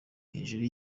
hejuru